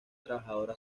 trabajadora